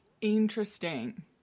Interesting